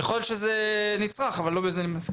יכול להיות שזה נצרך, אבל לא בזה עסקינן.